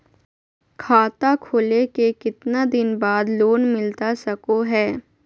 खाता खोले के कितना दिन बाद लोन मिलता सको है?